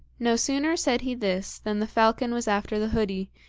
no sooner said he this than the falcon was after the hoodie,